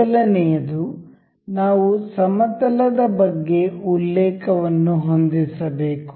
ಮೊದಲನೆಯದು ನಾವು ಸಮತಲದ ಬಗ್ಗೆ ಉಲ್ಲೇಖವನ್ನು ಹೊಂದಿಸಬೇಕು